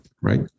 right